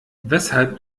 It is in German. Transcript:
weshalb